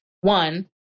one